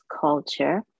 culture